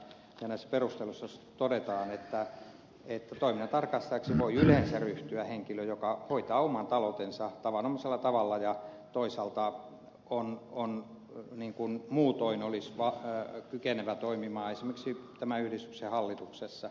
näissä perusteluissa todetaan että toiminnantarkastajaksi voi yleensä ryhtyä henkilö joka hoitaa oman taloutensa tavanomaisella tavalla ja toisaalta on on jo niin kuin muutoin olisi kykenevä toimimaan esimerkiksi tämän yhdistyksen hallituksessa